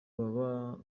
baba